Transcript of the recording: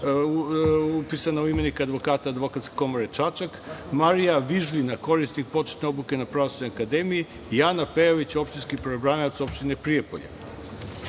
upisana u imenik advokata Advokatske komore Čačak, Marija Vižljina, korisnik početne obuke na Pravosudnoj akademiji, Jana Pejović, opštinski pravobranilac opštine Prijepolje. Odluku